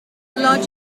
illogical